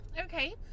Okay